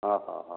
ହଁ ହଁ ହଁ